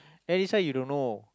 then this one you don't know